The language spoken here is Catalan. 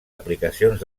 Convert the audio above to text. aplicacions